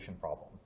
problem